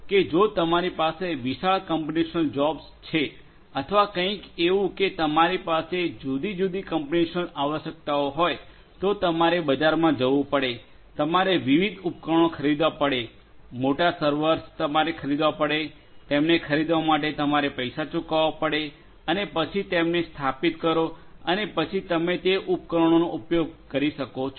કે જો તમારી પાસે વિશાળ કોમ્પ્યુટેશનલ જોબ્સ છે અથવા કંઈક એવું કે તમારી પાસે જુદી જુદી કમ્પ્યુટેશનલ આવશ્યકતાઓ હોય તો તમારે બજારમાં જવું પડે તમારે વિવિધ ઉપકરણો ખરીદવા પડે મોટા સર્વર્સ તમારે ખરીદવા પડે તેમને ખરીદવા તમારે પૈસા ચૂકવવા પડે અને પછી તેમને સ્થાપિત કરો અને પછી તમે તે ઉપકરણોનો ઉપયોગ કરી શકો છો